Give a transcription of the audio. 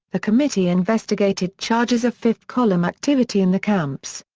the committee investigated charges of fifth column activity in the camps.